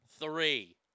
three